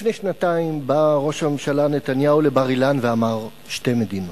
לפני שנתיים בא ראש הממשלה נתניהו לבר-אילן ואמר שתי מדינות.